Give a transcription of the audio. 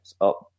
up